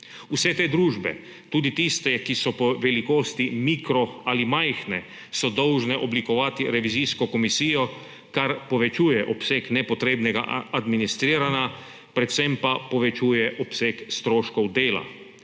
Vse te družbe, tudi tiste, ki so po velikosti mikro ali majhne, so dolžne oblikovati revizijsko komisijo, kar povečuje obseg nepotrebnega administriranja, predvsem pa povečuje obseg stroškov dela.